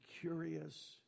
curious